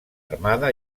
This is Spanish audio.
armada